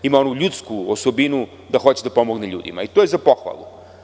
Ima onu ljudsku osobinu da hoće da pomogne ljudima i to je za pohvalu.